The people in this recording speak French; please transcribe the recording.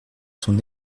son